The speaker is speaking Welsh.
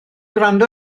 gwrando